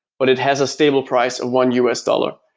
but it has a stable price of one us dollar.